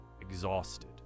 Exhausted